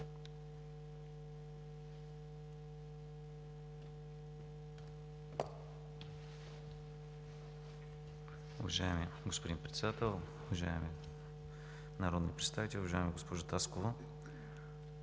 Уважаеми господин Председател, уважаеми народни представители! Уважаема госпожо Таскова,